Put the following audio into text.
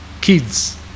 Kids